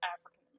African